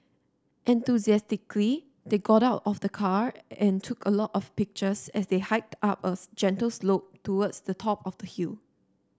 enthusiastically they got out of the car and took a lot of pictures as they hiked up as gentle slope towards the top of the hill